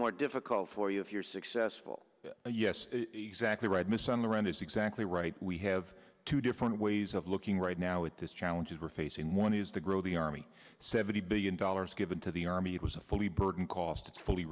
more difficult for you if you're successful yes exactly right miss on the run is exactly right we have two different ways of looking right now at this challenges we're facing one is to grow the army seventy billion dollars given to the army it was a fully burdened cost it's fully